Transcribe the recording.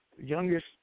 youngest